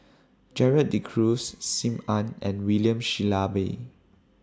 Gerald De Cruz SIM Ann and William Shellabear